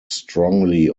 strongly